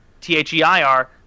T-H-E-I-R